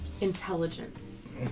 intelligence